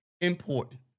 Important